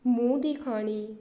ਮੂੰਹ ਦੀ ਖਾਣੀ